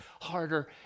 harder